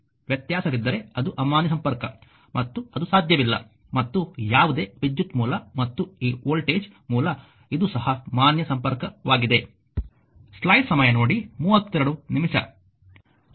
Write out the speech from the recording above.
ವ್ಯತ್ಯಾಸವಿದ್ದರೆ ಅದು ಅಮಾನ್ಯ ಸಂಪರ್ಕ ಮತ್ತು ಅದು ಸಾಧ್ಯವಿಲ್ಲ ಮತ್ತು ಯಾವುದೇ ವಿದ್ಯುತ್ ಮೂಲ ಮತ್ತು ಈ ವೋಲ್ಟೇಜ್ ಮೂಲ ಇದು ಸಹ ಮಾನ್ಯ ಸಂಪರ್ಕವಾಗಿದೆ